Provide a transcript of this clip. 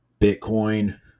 bitcoin